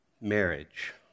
Marriage